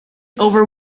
over